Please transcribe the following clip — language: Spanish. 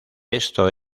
esto